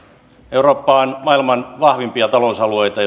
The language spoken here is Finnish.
eurooppa on maailman vahvimpia talousalueita